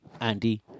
Andy